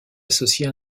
associer